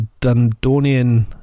Dundonian